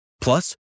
Plus